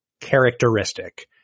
characteristic